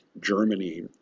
Germany